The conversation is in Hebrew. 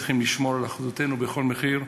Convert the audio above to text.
צריכים לשמור על אחדותנו בכל מחיר.